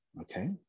Okay